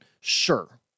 Sure